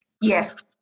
Yes